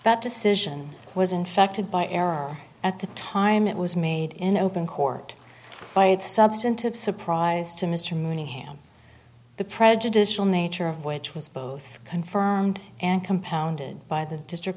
that decision was infected by error at the time it was made in open court by its substantive surprise to mr mooney ham the prejudicial nature of which was both confirmed and compounded by the district